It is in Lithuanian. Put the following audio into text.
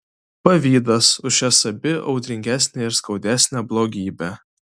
pavydas už šias abi audringesnė ir skaudesnė blogybė